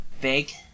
big